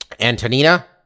Antonina